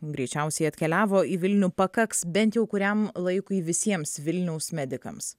greičiausiai atkeliavo į vilnių pakaks bent jau kuriam laikui visiems vilniaus medikams